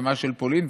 ומה של פולין,